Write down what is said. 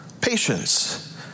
patience